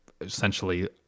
essentially